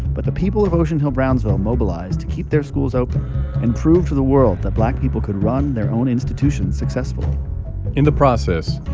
but the people of ocean hill-brownsville mobilized to keep their schools open and prove to the world that black people could run their own institutions successfully in the process,